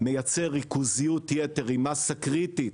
מייצר ריכוזיות יתר עם מסה קריטית